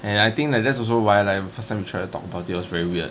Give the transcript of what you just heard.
and I think that's also why like first time you try to talk about it was very weird